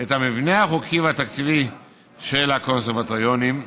את המבנה החוקי והתקציבי של הקונסרבטוריונים,